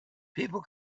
people